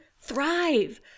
thrive